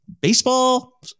baseball